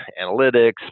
analytics